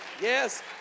yes